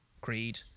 Creed